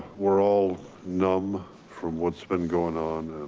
we're all numb from what's been going on